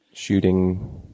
shooting